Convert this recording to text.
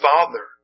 Father